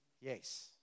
yes